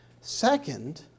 Second